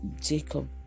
jacob